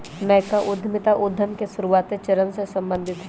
नयका उद्यमिता उद्यम के शुरुआते चरण से सम्बंधित हइ